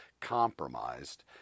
compromised